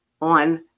on